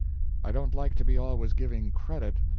i don't like to be always giving credit,